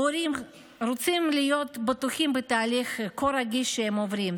הורים רוצים להיות בטוחים בתהליך כה רגיש שהם עוברים.